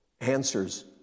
answers